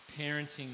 parenting